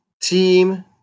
team